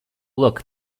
look